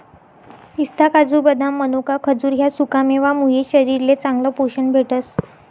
पिस्ता, काजू, बदाम, मनोका, खजूर ह्या सुकामेवा मुये शरीरले चांगलं पोशन भेटस